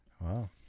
Wow